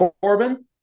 corbin